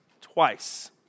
twice